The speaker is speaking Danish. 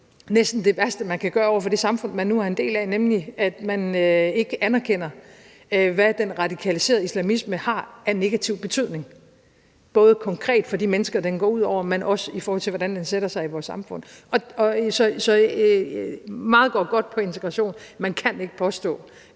også næsten det værste, man kan gøre over for det samfund, man nu er en del af, nemlig ikke at anerkende, hvad den radikaliserede islamisme har af negativ betydning, både konkret for de mennesker, den går ud over, men også i forhold til hvordan den sætter sig i vores samfund. Så meget går godt med integrationen, men man kan ikke påstå,